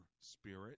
spirit